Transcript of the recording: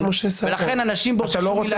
לכן אנשים בוששו מלהגיע.